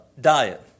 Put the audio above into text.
diet